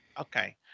Okay